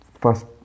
first